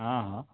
हँ हॅं